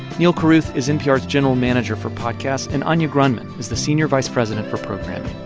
neal carruth is npr's general manager for podcasts, and anya grundmann is the senior vice president for programming.